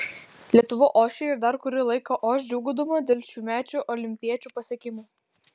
lietuva ošia ir dar kurį laiką oš džiūgaudama dėl šiųmečių olimpiečių pasiekimų